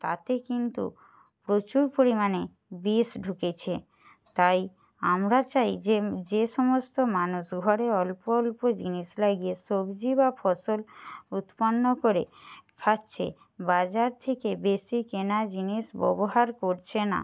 তাতে কিন্তু প্রচুর পরিমাণে বিষ ঢুকেছে তাই আমরা চাই যে যে সমস্ত মানুষ ঘরে অল্প অল্প জিনিস লাগিয়ে সবজি বা ফসল উৎপন্ন করে খাচ্ছে বাজার থেকে বেশি কেনা জিনিস ব্যবহার করছে না